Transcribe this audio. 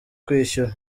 kwishyura